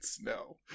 no